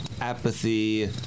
apathy